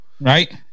right